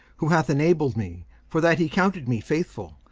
who hath enabled me, for that he counted me faithful,